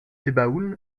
sebaoun